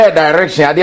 direction